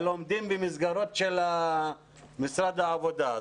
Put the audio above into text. הם לומדים במסגרות של משרד העבודה,